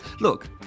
Look